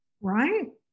Right